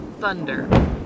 Thunder